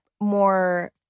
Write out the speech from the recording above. more